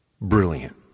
Brilliant